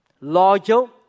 loyal